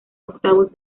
octavos